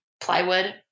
plywood